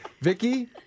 Vicky